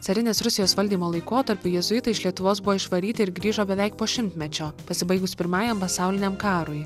carinės rusijos valdymo laikotarpiu jėzuitai iš lietuvos buvo išvaryti ir grįžo beveik po šimtmečio pasibaigus pirmajam pasauliniam karui